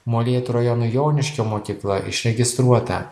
molėtų rajono joniškio mokykla išregistruota